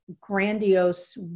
grandiose